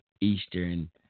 Eastern